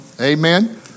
Amen